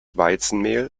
weizenmehl